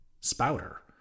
Spouter